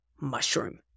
mushroom